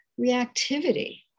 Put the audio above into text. reactivity